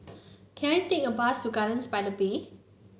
can I take a bus to Gardens by the Bay